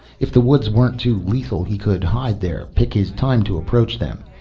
if the woods weren't too lethal he could hide there, pick his time to approach them.